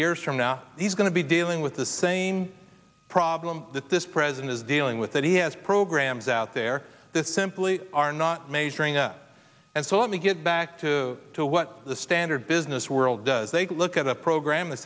years from now he's going to be dealing with the same problem that this president is dealing with that he has programs out there this simply are not measuring up and so let me get back to to what the standard business world does aig look at a program and